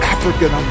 African